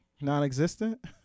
Non-existent